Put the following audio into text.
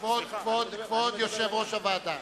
כבוד יושב-ראש הוועדה,